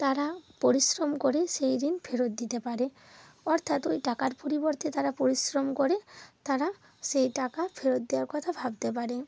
তারা পরিশ্রম করে সেই ঋণ ফেরত দিতে পারে অর্থাৎ ওই টাকার পরিবর্তে তারা পরিশ্রম করে তারা সেই টাকা ফেরত দেওয়ার কথা ভাবতে পারে